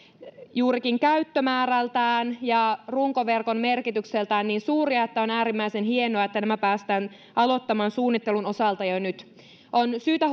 juurikin käyttömäärältään ja runkoverkon merkitykseltään niin suuria että on äärimmäisen hienoa että nämä päästään aloittamaan suunnittelun osalta jo nyt on syytä